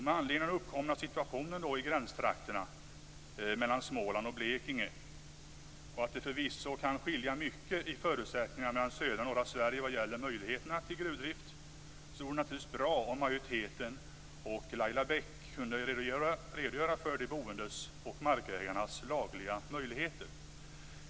Med anledning av den uppkomna situationen i gränstrakterna mellan Småland och Blekinge, och att det förvisso kan skilja mycket i förutsättningarna mellan södra och norra Sverige vad gäller möjligheterna till gruvdrift vore det naturligtvis bra om majoriteten och Laila Bäck kunde redogöra för de boendes och markägarnas lagliga möjligheter.